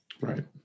Right